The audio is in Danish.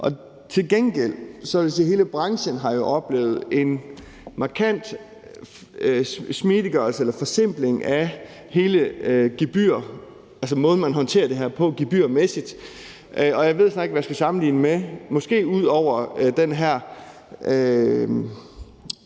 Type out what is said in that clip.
sige, at hele branchen jo har oplevet en markant smidiggørelse eller forsimpling af hele måden, man håndterer det her på gebyrmæssigt. Og jeg ved snart ikke, hvad jeg skal sammenligne det med, måske ud over den her